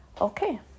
Okay